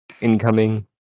incoming